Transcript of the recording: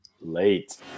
late